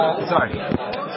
Sorry